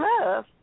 love